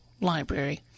library